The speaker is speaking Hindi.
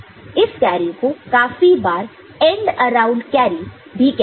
इस कैरी को काफी बार एंड अराउंड कैरी भी कहते है